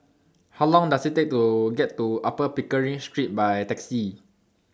How Long Does IT Take to get to Upper Pickering Street By Taxi